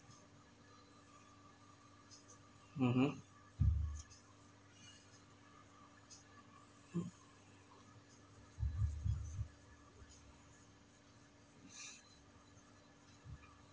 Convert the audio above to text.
(uh huh)